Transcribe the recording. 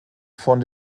von